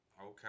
Okay